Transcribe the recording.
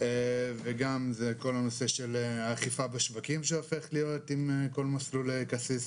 וגם זה כל הנושא של האכיפה בשווקים שהופכת להיות עם כל מסלולי קסיס,